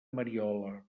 mariola